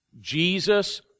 Jesus